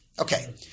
Okay